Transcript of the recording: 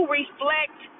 reflect